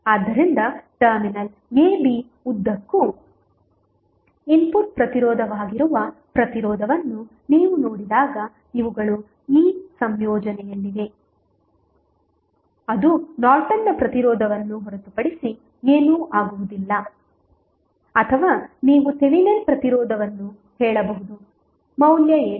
ಆದ್ದರಿಂದ terminal ab ಉದ್ದಕ್ಕೂ input ಪ್ರತಿರೋಧವಾಗಿರುವ ಪ್ರತಿರೋಧವನ್ನು ನೀವು ನೋಡಿದಾಗ ಇವುಗಳು ಈ ಸಂಯೋಜನೆಯಲ್ಲಿವೆ ಅದು ನಾರ್ಟನ್ನ ಪ್ರತಿರೋಧವನ್ನು ಹೊರತುಪಡಿಸಿ ಏನೂ ಆಗುವುದಿಲ್ಲ ಅಥವಾ ನೀವು ಥೆವೆನಿನ್ ಪ್ರತಿರೋಧವನ್ನು ಹೇಳಬಹುದು ಮೌಲ್ಯ ಏನು